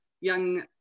young